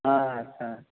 ఆ సరే